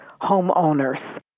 homeowners